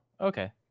Okay